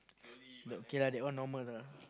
okay lah that one normal lah